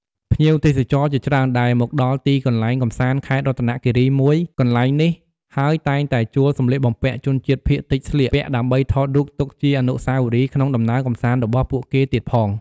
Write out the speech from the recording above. ភ្ញៀវទេសចរជាច្រើនដែលមកដល់ទីកន្លែងកម្សាន្តខេត្តរតនៈគិរីមួយកន្លែងនេះហើយតែងតែជួលសម្លៀកបំពាក់ជនជាតិភាគតិចស្លៀកពាក់ដើម្បី ថតរូបទុកជាអនុស្សាវរីយ៍ក្នុងដំណើរកម្សាន្តរបស់ពួកគេទៀតផង។